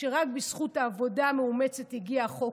שרק בזכות העבודה המאומצת הגיע החוק.